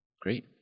Great